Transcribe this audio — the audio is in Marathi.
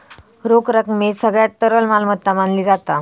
रोख रकमेक सगळ्यात तरल मालमत्ता मानली जाता